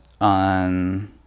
on